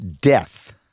death